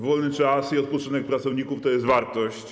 Wolny czas i odpoczynek pracowników to jest wartość.